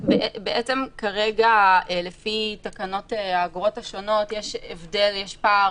כרגע לפי תקנות העבירות השונות יש פער